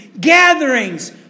gatherings